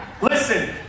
Listen